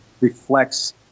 reflects